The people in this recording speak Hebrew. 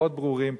פחות ברורים,